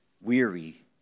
weary